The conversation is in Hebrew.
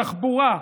בתחבורה,